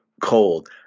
cold